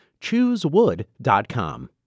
Choosewood.com